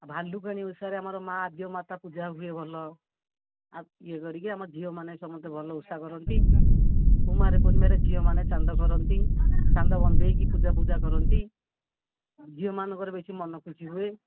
ଭାଲୁକୁଣି ଓଷାରେ ଆମର ମା ଆଦିଓ ମାତା ପୂଜା ହୁଏ ଭଲ ଆଉ ଇଏ କରିକି ଆମ ଝିଅମାନେ ସମସ୍ତେ ଭଲ ଓଷା କରନ୍ତି କୁମାର ପୂର୍ଣ୍ଣିମାରେ ଝିଅମାନେ ଚାନ୍ଦ କରନ୍ତି ଚାନ୍ଦ ବନ୍ଦାଇକି ପୂଜା ପୂଜା କରନ୍ତି ଝିଅମାନଙ୍କର ବେଶୀ ମନ ଖୁସି ହୁଏ